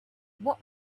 what